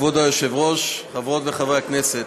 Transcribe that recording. כבוד היושב-ראש, חברות וחברי הכנסת,